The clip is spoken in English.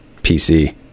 pc